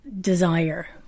desire